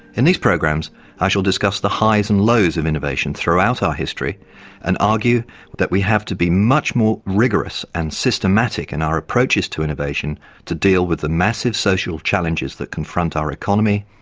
in these programs i shall discuss the highs and lows of innovation throughout our history and argue that we have to be much more rigorous and systematic in and our approaches to innovation to deal with the massive social challenges that confront our economy,